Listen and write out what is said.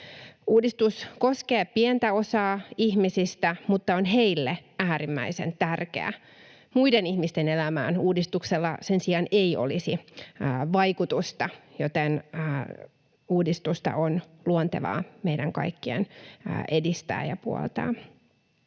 Uudistus koskee pientä osaa ihmisistä, mutta on heille äärimmäisen tärkeä. Muiden ihmisten elämään uudistuksella sen sijaan ei olisi vaikutusta, joten uudistusta on luontevaa meidän kaikkien edistää ja puoltaa.